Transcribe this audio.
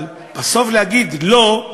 אבל בסוף להגיד לא,